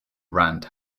rand